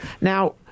Now